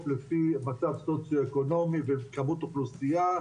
לפי מצב סוציו אקונומי וכמות אוכלוסייה,